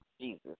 Jesus